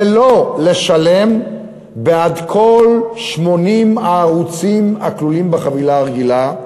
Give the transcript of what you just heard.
ולא לשלם בעד כל 80 הערוצים הכלולים בחבילה הרגילה,